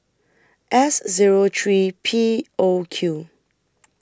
S Zero three P O Q